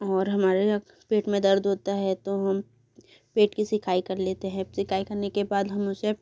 और हमारे पेट में दर्द होता है तो हम पेट की सिकाई कर लेते हैं सिकाई करने के बाद हम उसे